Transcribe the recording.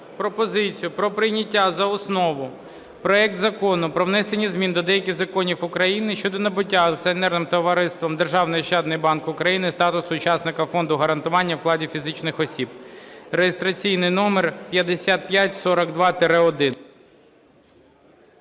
пропозицію про прийняття за основу проект Закону про внесення змін до деяких законів України щодо набуття акціонерним товариством "Державний ощадний банк України" статусу учасника Фонду гарантування вкладів фізичних осіб (реєстраційний номер 5542-1).